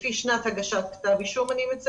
אני מציינת לפי שנת הגשת כתב האישום.